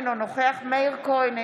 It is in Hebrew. אינו נוכח מאיר כהן,